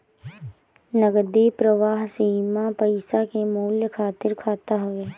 नगदी प्रवाह सीमा पईसा के मूल्य खातिर खाता हवे